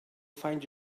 find